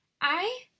I